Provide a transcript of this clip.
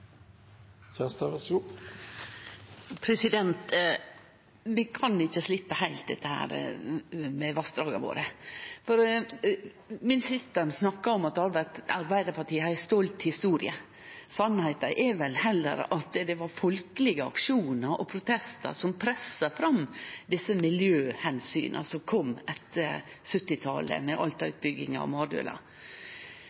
og harmoneres så langt det er mulig med det opprinnelige formålet med vernet. Birgit Oline Kjerstad – til oppfølgingsspørsmål. Vi kan ikkje sleppe dette med vassdraga våre heilt. Statsråden snakkar om at Arbeidarpartiet har ei stolt historie. Sanninga er vel heller at det var folkelege aksjonar og protestar som pressa fram desse miljøomsyna som kom etter 1970-tallet, med